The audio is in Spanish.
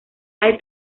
hay